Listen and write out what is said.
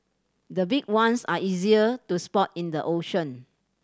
the big ones are easier to spot in the ocean